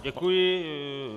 Děkuji.